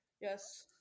Yes